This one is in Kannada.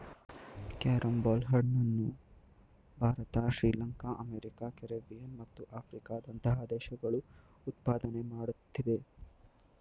ಕ್ಯಾರಂ ಬೋಲ್ ಹಣ್ಣನ್ನು ಭಾರತ ಶ್ರೀಲಂಕಾ ಅಮೆರಿಕ ಕೆರೆಬಿಯನ್ ಮತ್ತು ಆಫ್ರಿಕಾದಂತಹ ದೇಶಗಳು ಉತ್ಪಾದನೆ ಮಾಡುತ್ತಿದೆ